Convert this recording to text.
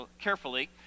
carefully